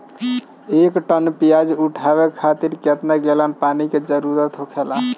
एक टन प्याज उठावे खातिर केतना गैलन पानी के जरूरत होखेला?